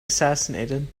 assassinated